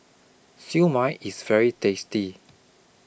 Siew Mai IS very tasty